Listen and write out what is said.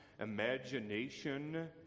imagination